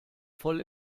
voll